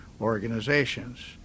organizations